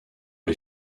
les